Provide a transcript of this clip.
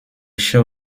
show